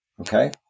Okay